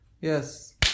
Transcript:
Yes